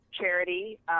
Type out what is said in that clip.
charity